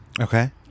Okay